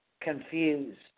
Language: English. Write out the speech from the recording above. confused